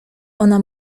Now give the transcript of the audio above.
ona